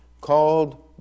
called